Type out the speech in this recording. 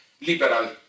liberal